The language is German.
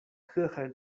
hörer